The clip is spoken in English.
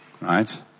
right